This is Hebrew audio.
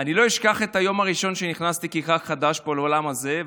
אני לא אשכח את היום הראשון שבו נכנסתי כח"כ חדש לאולם הזה,